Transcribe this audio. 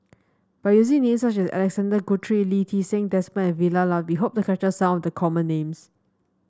by using names such as Alexander Guthrie Lee Ti Seng Desmond and Vilma Laus we hope to capture some of the common names